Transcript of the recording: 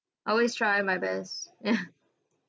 I always try my best ya